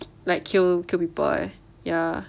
like kill kill people ya